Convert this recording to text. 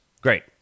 Great